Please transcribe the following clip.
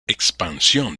expansión